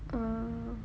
uh